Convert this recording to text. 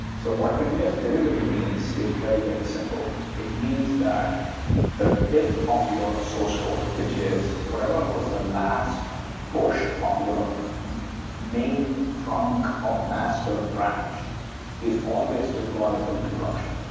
so what continuous delivery means is very very simple. it means that the tip of your source code, which is whatever was the last push of your main trunk or master branch is always deployable to production.